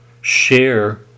share